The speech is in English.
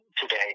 today